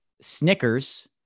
Snickers